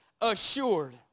assured